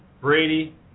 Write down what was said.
Brady